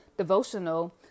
devotional